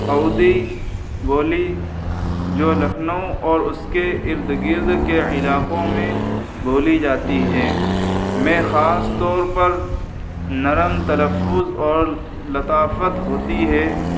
اودھی بولی جو لکھنؤ اور اس کے ارد گرد کے علاقوں میں بولی جاتی ہے میں خاص طور پر نرم تلفظ اور لطافت ہوتی ہے